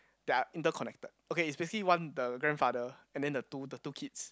they are interconnected okay it's basically one the grandfather and then the two the two kids